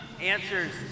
answers